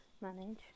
manage